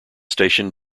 station